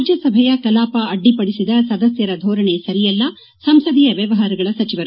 ರಾಜ್ವಸಭೆಯ ಕಲಾಪ ಅಡ್ಡಪಡಿಸಿದ ಸದಸ್ಕರ ಧೋರಣೆ ಸರಿಯಲ್ಲ ಸಂಸದೀಯ ವ್ಯವಹಾರ ಸಚಿವರು